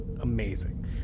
amazing